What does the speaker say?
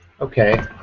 Okay